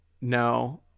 no